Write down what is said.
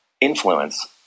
influence